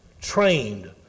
Trained